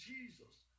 Jesus